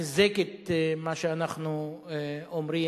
חיזק את מה שאנחנו אומרים,